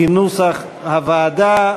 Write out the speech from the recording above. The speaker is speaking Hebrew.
כנוסח הוועדה,